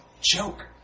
joke